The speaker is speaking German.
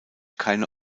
keine